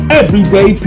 everyday